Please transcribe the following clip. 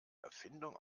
erfindung